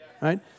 Right